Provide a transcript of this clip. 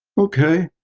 okay,